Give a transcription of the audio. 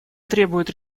требует